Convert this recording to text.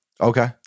Okay